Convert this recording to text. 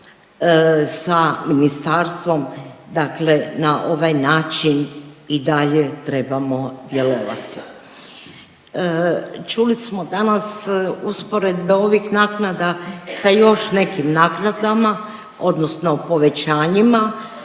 sa ministarstvom, dakle na ovaj način i dalje trebamo djelovati. Čuli smo danas usporedbe ovih naknada sa još nekim naknadama odnosno povećanjima